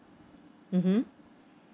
mmhmm